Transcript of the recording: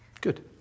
Good